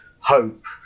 hope